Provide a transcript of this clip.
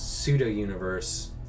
pseudo-universe